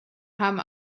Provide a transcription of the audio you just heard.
haben